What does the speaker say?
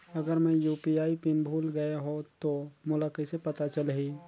अगर मैं UPI PIN भुल गये हो तो मोला कइसे पता चलही?